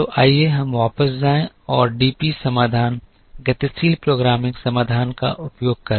तो आइए हम वापस जाएं और डीपी समाधान गतिशील प्रोग्रामिंग समाधान का उपयोग करें